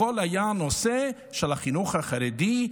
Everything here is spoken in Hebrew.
הכול היה בנושא של החינוך החרדי,